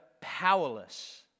powerless